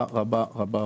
רבה,